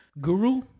Guru